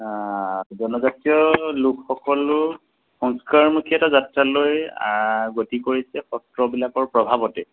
জনজাতীয় লোকসকলো সংস্কাৰমুখী এটা যাত্ৰালৈ গতি কৰিছে সত্ৰবিলাকৰ প্ৰভাৱতে